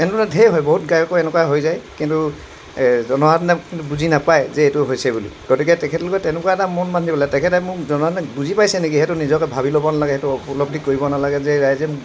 এনেকুৱা ধৰণৰ ঢেৰ হয় বহুত গায়কৰ এনেকুৱা হৈ যায় কিন্তু এই জনসাধাৰণতে বুজি নাপায় যে এইটো হৈছে বুলি গতিকে তেখেতলোকে তেনেকুৱা এটা মন বান্ধি ল'ব লাগে তেখেতে মোক জনসাধাৰণে বুজি পাইছে নেকি সেইটো নিজকে ভাবি ল'ব নালাগে সেইটো উপলব্ধি কৰিব নালাগে যে ৰাইজে